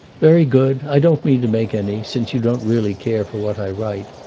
very good i don't mean to make any, since you don't really care for what i write.